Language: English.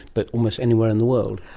but almost anywhere in the world.